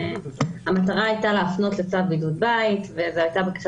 המטרה הייתה להפנות לצו בידוד בית והייתה בקשה